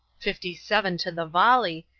fifty-seven to the volley,